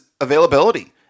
availability